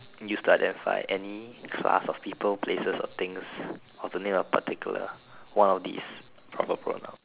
used to identify any class of people places or things of within a particular one of these proper pronoun